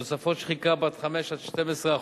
תוספות שחיקה בנות 5% 12%,